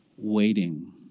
Waiting